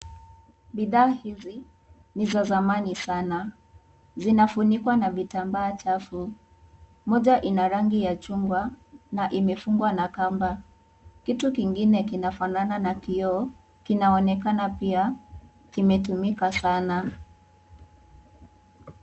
Bidhaa hizi ni za zamani sana. Zinafunikwa na vitambaa chafu. Moja ina rangi ya chungwa na imefungwa na kamba. Kitu kingine kinafanana na kioo kinaonekana pia kimetumika sana.